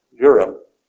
Europe